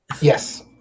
Yes